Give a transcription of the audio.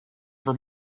for